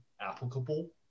applicable